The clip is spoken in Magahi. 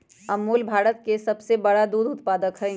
अमूल भारत में सबसे बड़ा दूध उत्पादक हई